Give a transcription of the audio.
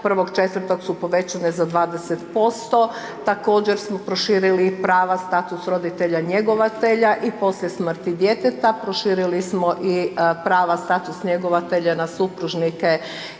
1.4. su povećane za 20%. Također smo proširili i prava status roditelja njegovatelja i poslije smrti djeteta, proširili smo i prava status njegovatelja na supružnike i vanbračne